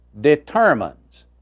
determines